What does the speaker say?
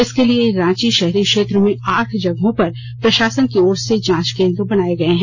इसके लिए रांची शहरी क्षेत्र में आठ जगहों पर प्रशासन की ओर से जांच केन्द्र बनाये गए हैं